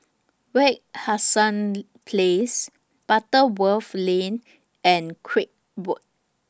Wak Hassan Place Butterworth Lane and Craig Road